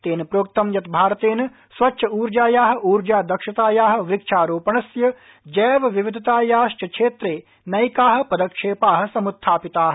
तेन प्रोक्तं यत् भारतेन स्वच्छ ऊर्जायाः ऊर्जा दक्षतायाः वृक्षारोपणस्य जैवविविधतायाश्व क्षेत्रे नैका पदक्षेपाः समृत्थापिताः